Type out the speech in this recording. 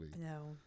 No